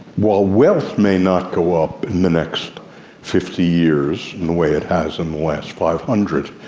while wealth may not go up in the next fifty years in the way it has in the last five hundred,